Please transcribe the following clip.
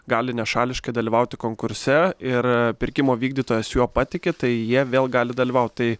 gali nešališkai dalyvauti konkurse ir pirkimo vykdytojas juo patiki tai jie vėl gali dalyvaut tai